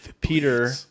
Peter